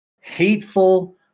hateful